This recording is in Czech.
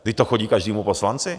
Vždyť to chodí každému poslanci!